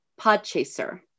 Podchaser